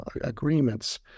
agreements